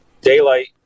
Daylight